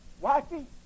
wifey